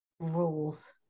rules